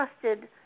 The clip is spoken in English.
trusted